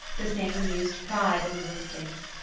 the same amused pride in the look of things.